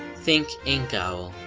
think inkowl!